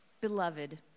Beloved